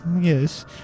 Yes